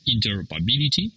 interoperability